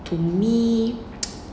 to me